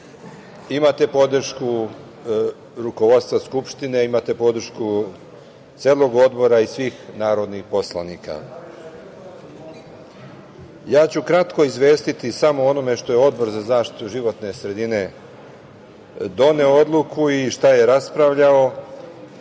Imate podršku rukovodstva Skupštine, imate podršku celog Odbora i svih narodnih poslanika. Kratko ću izvestiti samo o onome što je Odbor za zaštitu životne sredine doneo odluku i o šta je raspravljao,